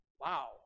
Wow